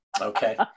Okay